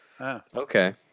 okay